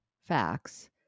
facts